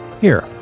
Here